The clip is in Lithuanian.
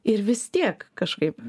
ir vis tiek kažkaip